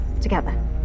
Together